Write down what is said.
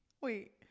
wait